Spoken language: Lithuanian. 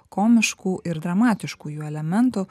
komiškų ir dramatiškų jų elementų